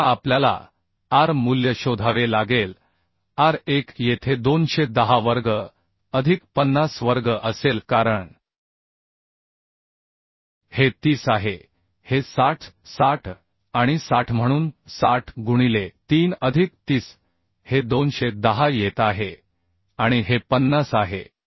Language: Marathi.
तर आता आपल्याला r मूल्य शोधावे लागेल r1 येथे 210 वर्ग अधिक 50 वर्ग असेल कारण हे 30 आहे हे 60 60 आणि 60 म्हणून 60 गुणिले 3 अधिक 30 हे 210 येत आहे आणि हे 50 आहे